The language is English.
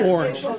Orange